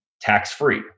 tax-free